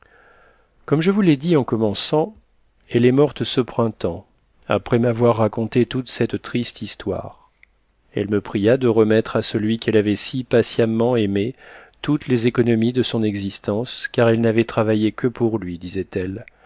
comme je vous l'ai dit en commençant elle est morte ce printemps après m'avoir raconté toute cette triste histoire elle me pria de remettre à celui qu'elle avait si patiemment aimé toutes les économies de son existence car elle n'avait travaillé que pour lui disait-elle